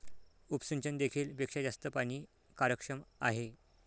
उपसिंचन देखील पेक्षा जास्त पाणी कार्यक्षम आहे